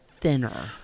thinner